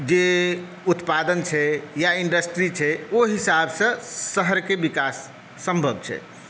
जे उत्पादन छै या इण्डस्ट्री छै ओहि हिसाबसँ शहरके विकास सम्भव छै